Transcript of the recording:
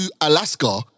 Alaska